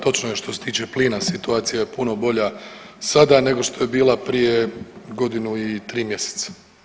Točno je što se tiče plina, situacija je puno bolja sada nego što je bila prije godinu i tri mjeseca.